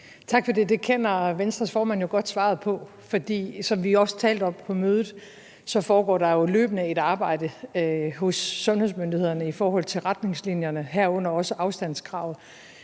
Tak for det. Det kender Venstres formand jo godt svaret på, for som vi også talte om på mødet, foregår der løbende et arbejde hos sundhedsmyndighederne i forhold til retningslinjerne, herunder også afstandskravet.